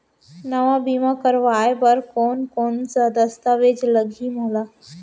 नवा बीमा करवाय बर कोन कोन स दस्तावेज लागही मोला?